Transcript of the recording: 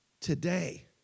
today